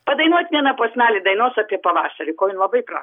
padainuot vieną posmelį dainos apie pavasarį ko ji labai prašė